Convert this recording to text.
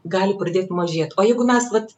gali pradėt mažėt o jeigu mes vat